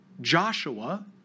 Joshua